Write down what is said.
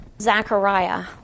Zachariah